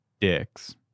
dicks